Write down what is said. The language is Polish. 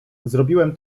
zrobiłem